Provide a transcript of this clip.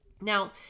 Now